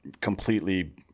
completely